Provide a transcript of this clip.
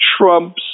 Trump's